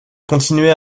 continuer